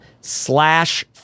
slash